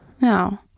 No